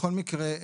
בכל מקרה,